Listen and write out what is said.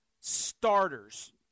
starters